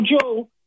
Joe